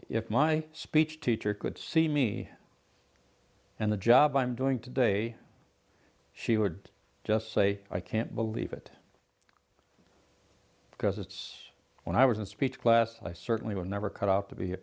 if my speech teacher could see me in the job i'm doing today she would just say i can't believe it because it's when i was in speech class i certainly were never cut out to be